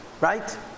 Right